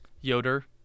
Yoder